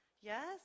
Yes